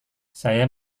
saya